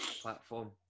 platform